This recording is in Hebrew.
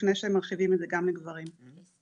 לפני שמרחיבים את זה גם לגברים, לדעתנו.